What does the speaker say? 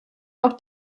noch